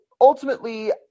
ultimately